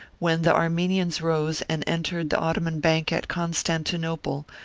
when the armenians rose and en tered the ottoman bank at constantinople,